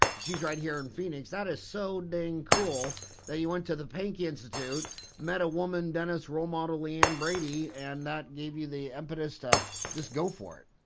she's right here in phoenix that is so dang cool that you went to the pankey institute met a woman dentist role model leann brady and that gave you the impetus to just go for it.